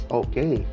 okay